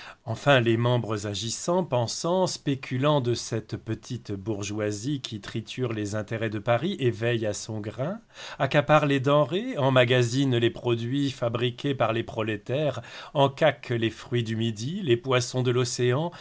enfin les membres agissants pensants spéculants de cette petite bourgeoisie qui triture les intérêts de paris et veille à son grain accapare les denrées emmagasine les produits fabriqués par les prolétaires encaque les fruits du midi les poissons de l'océan